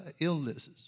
illnesses